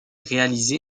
réalisé